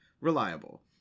reliable